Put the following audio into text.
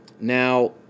now